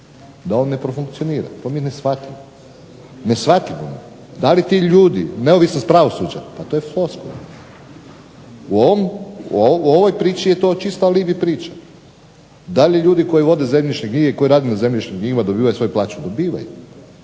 da on ne profunkcionira. To mi je neshvatljivo. Neshvatljivo mi je. Da li ti ljudi, neovisno s pravosuđem, pa to je floskula. U ovoj priči je to čista alibi priča. Da li ljudi koji vode zemljišne knjige, koji rade na zemljišnim knjigama dobivaju svoju plaću? Dobivaju.